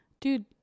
Dude